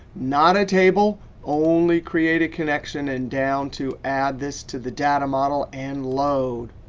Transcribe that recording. not a table, only create a connection. and down to add this to the data model, and load.